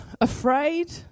afraid